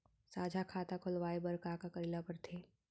साझा खाता खोलवाये बर का का करे ल पढ़थे?